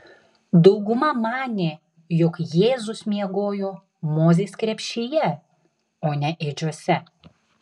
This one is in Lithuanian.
dauguma manė jog jėzus miegojo mozės krepšyje o ne ėdžiose